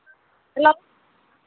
hello